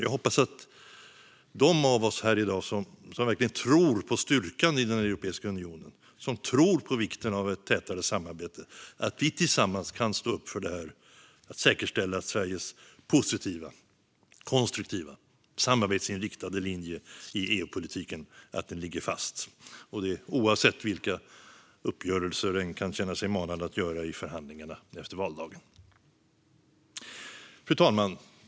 Jag hoppas att vi här i dag som verkligen tror på styrkan i Europeiska unionen och som tror på vikten av ett tätare samarbete tillsammans kan stå upp för att säkerställa att Sveriges positiva, konstruktiva och samarbetsinriktade linje i EU-politiken ligger fast, oavsett vilka uppgörelser vi kan känna oss manade att göra i förhandlingarna efter valdagen. Fru talman!